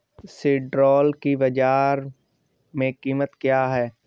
सिल्ड्राल की बाजार में कीमत क्या है?